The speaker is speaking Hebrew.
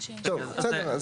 טוב, בסדר.